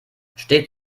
steht